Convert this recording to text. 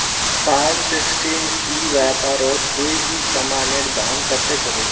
Form sixteen ई व्यापारोत कोई भी सामानेर दाम कतेक होबे?